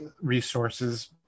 resources